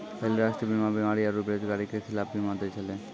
पहिले राष्ट्रीय बीमा बीमारी आरु बेरोजगारी के खिलाफ बीमा दै छलै